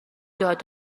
داد